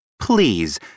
Please